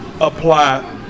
apply